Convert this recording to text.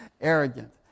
arrogant